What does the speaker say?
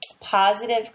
positive